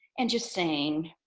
and just saying.